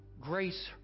grace